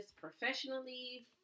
professionally